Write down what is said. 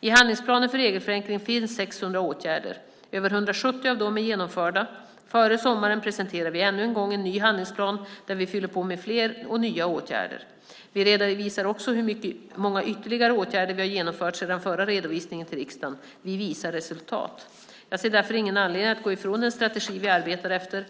I handlingsplanen för regelförenkling finns det 600 åtgärder. Över 170 av dem är genomförda. Före sommaren presenterar vi ännu en gång en ny handlingsplan där vi fyller på med fler och nya åtgärder. Vi redovisar också hur många ytterligare åtgärder vi har vidtagit sedan förra redovisningen till riksdagen. Vi visar resultat. Jag ser därför ingen anledning att gå ifrån den strategi vi arbetar efter.